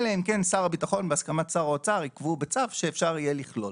אלא אם כן שר הביטחון בהסכמת שר האוצר יקבעו בצו שאפשר יהיה לכלול.